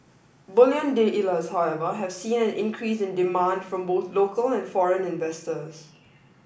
bullion dealer showever have seen an increase in demand from both local and foreign investors